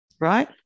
right